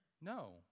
No